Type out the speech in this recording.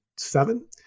Seven